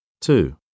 Two